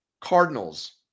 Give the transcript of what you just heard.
Cardinals